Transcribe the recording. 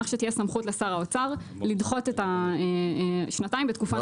שתהיה סמכות לשר האוצר לדחות את השנתיים בתקופה נוספת.